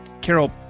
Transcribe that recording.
Carol